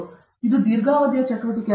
ಇದು ದೀರ್ಘಾವಧಿಯ ಚಟುವಟಿಕೆಯಾಗಿದೆ